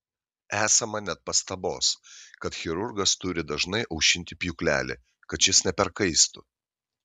esama net pastabos kad chirurgas turi dažnai aušinti pjūklelį kad šis neperkaistų